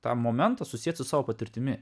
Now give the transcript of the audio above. tą momentą susieti su savo patirtimi